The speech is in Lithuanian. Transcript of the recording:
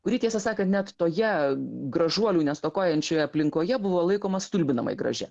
kuri tiesą sakant net toje gražuolių nestokojančioje aplinkoje buvo laikoma stulbinamai graži